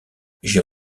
j’ai